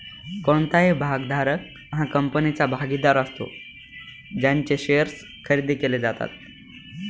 कोणताही भागधारक हा कंपनीचा भागीदार असतो ज्यांचे शेअर्स खरेदी केले जातात